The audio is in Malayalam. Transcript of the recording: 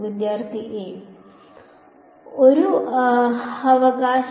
വിദ്യാർത്ഥി A ഒരു അവകാശം